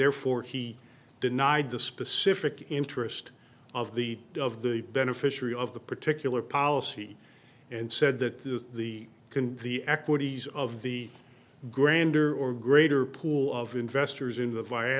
therefore he denied the specific interest of the of the beneficiary of the particular policy and said that this is the can the equities of the grander or greater pool of investors in the via